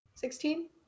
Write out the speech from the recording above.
Sixteen